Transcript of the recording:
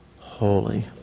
holy